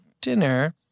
dinner